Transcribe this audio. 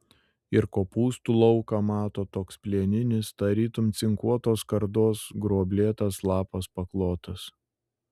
ir kopūstų lauką mato toks plieninis tarytum cinkuotos skardos gruoblėtas lapas paklotas